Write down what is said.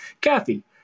Kathy